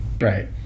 right